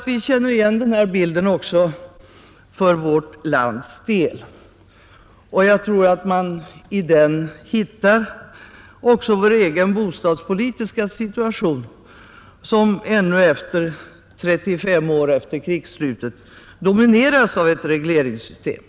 Vi känner igen bilden även för vårt lands del, och jag tror att vi där hittar också vår egen bostadspolitiska situation, som ännu 35 år efter krigsslutet domineras av ett regleringssystem.